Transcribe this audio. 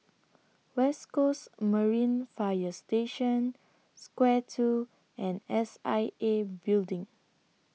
West Coast Marine Fire Station Square two and S I A Building